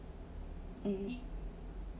um